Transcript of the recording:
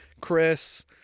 Chris